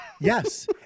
Yes